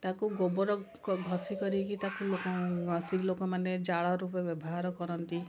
ତାକୁ ଗୋବର କ ଘଷି କରିକି ତାକୁ ସ୍ତ୍ରୀ ଲୋକମାନେ ଜାଳ ରୂପେ ବ୍ୟବହାର କରନ୍ତି